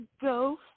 go